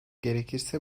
gerekirse